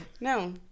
no